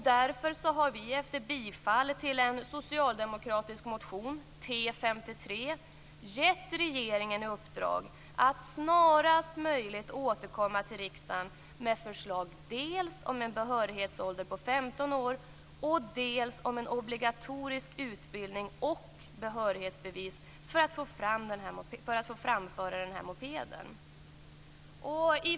Därför har vi efter bifall till en socialdemokratisk motion, T53, gett regeringen i uppdrag att snarast möjligt återkomma till riksdagen med förslag dels om en behörighetsålder på 15 år, dels om en obligatorisk utbildning och behörighetsbevis för att få framföra denna moped.